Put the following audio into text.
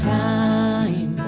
time